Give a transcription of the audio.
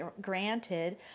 granted